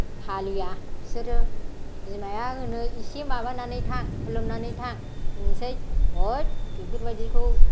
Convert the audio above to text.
फालिया बिसोरो बिमाया होनो इसे माबानानै थां खुलुमनानै थां होननोसै अयद बेफोरबायदिखौ